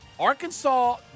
Arkansas